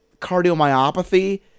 cardiomyopathy